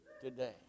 today